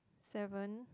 seven